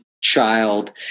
child